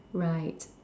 right